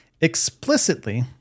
explicitly